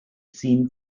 seen